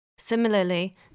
Similarly